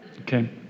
okay